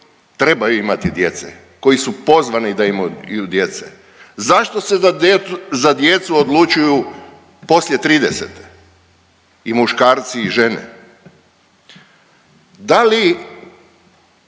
trebaju imati djece, koji su pozvani da imaju djece? Zašto se za djecu odlučuju poslije 30-te, i muškarci i žene? Da li